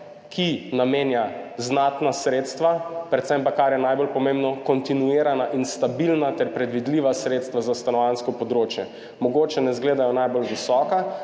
ki namenja znatna sredstva, predvsem pa, kar je najbolj pomembno, kontinuirana in stabilna ter predvidljiva sredstva za stanovanjsko področje. Mogoče ne izgledajo najbolj visoka,